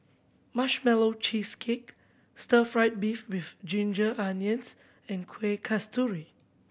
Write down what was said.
Marshmallow Cheesecake stir fried beef with ginger onions and Kueh Kasturi